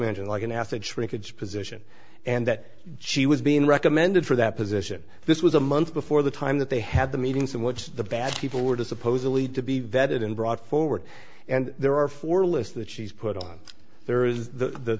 mention like an acid shrinkage position and that she was being recommended for that position this was a month before the time that they had the meetings in which the bad people were to supposedly to be vetted and brought forward and there are four lists that she's put on there is the